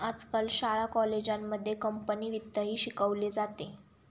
आजकाल शाळा कॉलेजांमध्ये कंपनी वित्तही शिकवले जाते